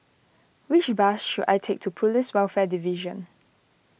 which bus should I take to Police Welfare Division